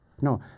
no